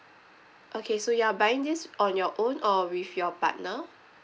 okay so you're buying this on your own or with your partner